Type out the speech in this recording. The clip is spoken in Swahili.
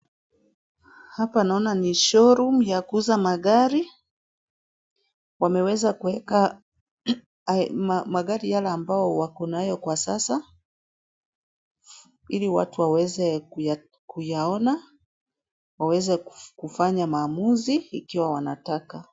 Hapa naona ni showroom ya kuuza magari, wameweza kuweka—ai, ma- magari yale ambayo wako nayo kwa sasa. Ili watu waweze kuyakuyaona, waweze kufanya maamuzi, ikiwa wanataka.